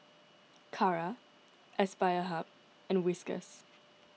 Kara Aspire Hub and Whiskas